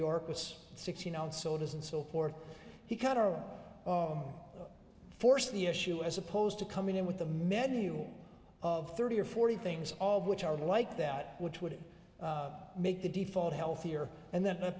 york was sixteen ounce sodas and so forth he cut our force the issue as opposed to coming in with the menu of thirty or forty things all of which are like that which would make the default healthier and then